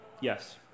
Yes